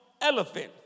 elephant